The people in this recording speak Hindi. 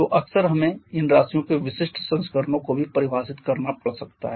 तो अक्सर हमें इन राशियों के विशिष्ट संस्करणों को भी परिभाषित करना पड़ सकता है